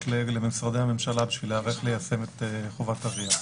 למשרדי הממשלה בשביל להיערך ליישם את חובת ה-RIA.